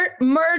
murder